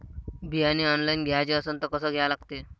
बियाने ऑनलाइन घ्याचे असन त कसं घ्या लागते?